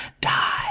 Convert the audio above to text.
die